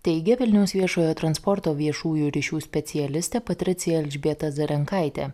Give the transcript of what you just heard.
teigė vilniaus viešojo transporto viešųjų ryšių specialistė patricija elžbieta zarankaitė